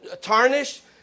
tarnished